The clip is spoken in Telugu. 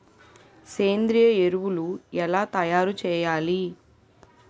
సేంద్రీయ ఎరువులు ఎలా తయారు చేయాలి?